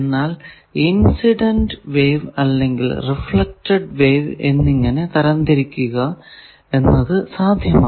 എന്നാൽ incident wave അല്ലെങ്കിൽ reflected wave എന്നിങ്ങനെ തരം തിരിക്കുക എന്നത് സാധ്യമാണ്